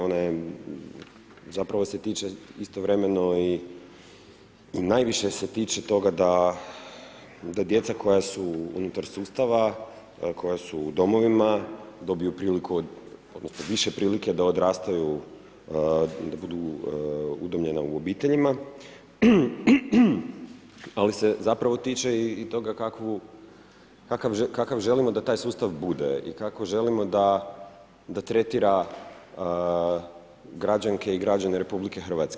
Ona je zapravo se tiče istovremeno i najviše se tiče toga da djeca koja su unutar sustava, koja su u domovima dobiju priliku odnosno više prilika da odrastaju, da budu udomljena u obiteljima, ali se zapravo tiče i toga kakav želimo da taj sustav bude i kako želimo da tretira građanke i građane RH.